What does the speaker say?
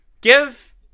give